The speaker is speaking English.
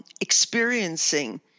Experiencing